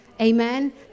Amen